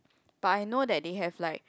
but I know that they have like